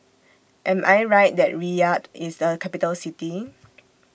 Am I Right that Riyadh IS A Capital City